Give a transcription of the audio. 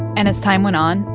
and as time went on,